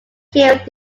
killed